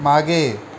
मागे